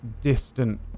distant